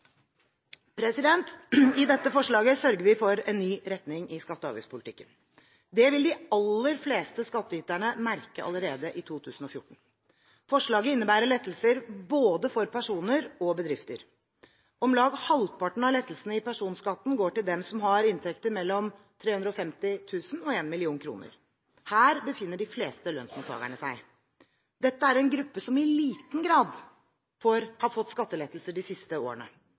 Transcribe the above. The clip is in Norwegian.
I dette forslaget sørger vi for en ny retning i skatte- og avgiftspolitikken. Det vil de aller fleste skattyterne merke allerede i 2014. Forslaget innebærer lettelser for både personer og bedrifter. Om lag halvparten av lettelsene i personskatten går til dem som har inntekter mellom 350 000 kr og 1 mill. kr. Her befinner de fleste lønnsmottakerne seg. Dette er en gruppe som i liten grad har fått skattelettelser de siste årene.